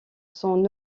son